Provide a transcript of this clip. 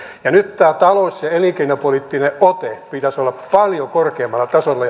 nyt tämän talous ja elinkeinopoliittisen otteen ja kunnianhimon pitäisi olla paljon korkeammalla tasolla